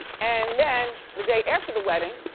and then the day after the wedding,